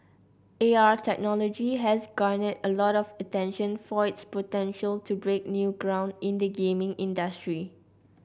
A R technology has garnered a lot of attention for its potential to break new ground in the gaming industry